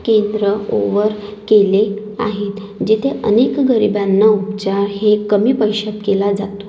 केंद्र ओवर केले आहेत जेथे अनेक गरिबांना उपचार हे कमी पैशात केला जातो